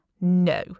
No